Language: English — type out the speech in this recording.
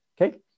Okay